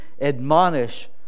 admonish